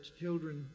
children